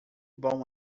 bom